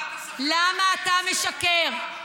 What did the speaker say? למה אתה משקר?